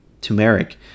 turmeric